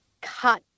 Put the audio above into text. cut